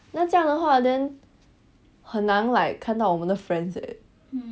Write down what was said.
那这样的话 then 很难 like 看到我们的 friends eh